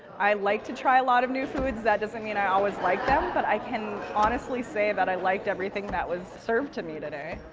i like to try a lot of new foods that doesn't mean i always like them but i can honestly say that i like everything that was served to me today.